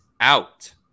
out